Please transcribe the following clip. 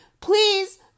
please